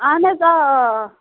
اَہَن حظ آ آ آ